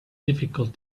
difficult